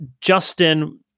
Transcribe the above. Justin